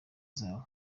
zabo